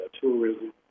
Tourism